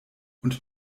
und